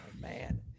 man